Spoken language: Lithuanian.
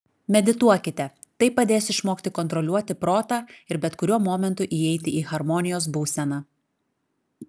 medituokite tai padės išmokti kontroliuoti protą ir bet kuriuo momentu įeiti į harmonijos būseną